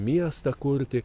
miestą kurti